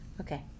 Okay